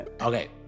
Okay